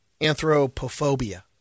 anthropophobia